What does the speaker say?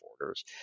orders